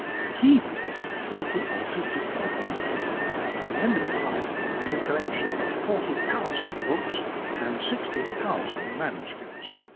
but he bought forty or fifty a week and by the end of his life had a collection of forty thousand books and sixty thousand manuscripts.